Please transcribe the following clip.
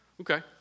Okay